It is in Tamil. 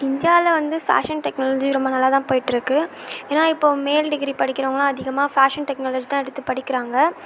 இந்தியாவில வந்து ஃபேஷன் டெக்னாலஜி ரொம்ப நல்லா தான் போயிட்டு இருக்கு ஏன்னா இப்போ மேல் டிகிரி படிக்கிறவங்கெல்லாம் அதிகமாக ஃபேஷன் டெக்னாலஜி தான் எடுத்து படிக்கிறாங்க